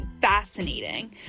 fascinating